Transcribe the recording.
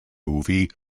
movie